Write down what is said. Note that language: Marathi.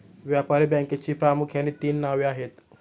व्यापारी बँकेची प्रामुख्याने तीन नावे आहेत